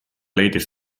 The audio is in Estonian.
leidis